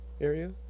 area